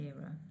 era